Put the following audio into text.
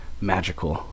magical